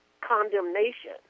condemnation